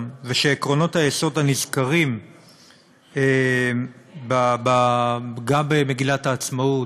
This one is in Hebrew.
ושעקרונות היסוד הנזכרים גם במגילת העצמאות